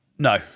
No